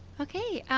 okay.